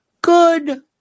Good